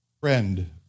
friend